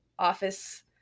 office